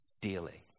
daily